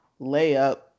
layup